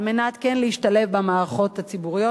על מנת כן להשתלב במערכות הציבוריות.